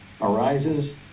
arises